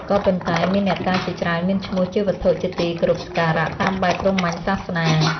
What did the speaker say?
ក៏ប៉ុន្តែ មានអ្នកតាជាច្រើនមានឈ្មោះជាវត្ថុជាទីគោរពសក្ការៈតាមបែបព្រហ្មញ្ញសាសនា។